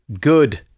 good